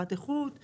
בקרת איכות וכו',